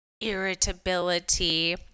irritability